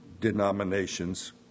denominations